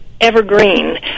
evergreen